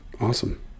awesome